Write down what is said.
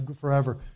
Forever